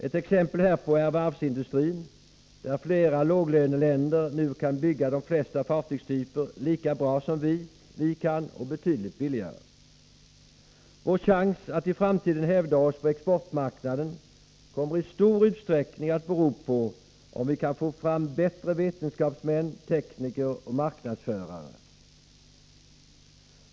Ett exempel härpå är varvsindustrin där flera låglöneländer nu kan bygga de flesta fartygstyper lika bra som vi kan och betydligt billigare. Vår chans att i framtiden hävda oss på exportmarknaden kommer i stor utsträckning att bero på om vi kan få fram bättre vetenskapsmän, tekniker och marknadsförare.